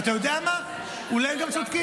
ואתה יודע מה, אולי הם גם צודקים.